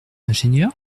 ingénieur